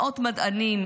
מאות מדענים,